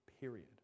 period